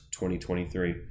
2023